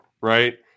Right